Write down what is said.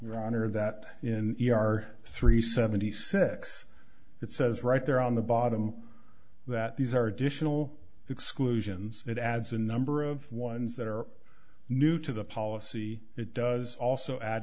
honor that in our three seventy six it says right there on the bottom that these are additional exclusions it adds a number of ones that are new to the policy it does also add